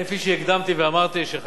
חבר הכנסת מאיר שטרית,